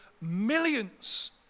millions